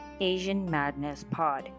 AsianMadnessPod